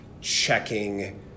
checking